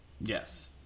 Yes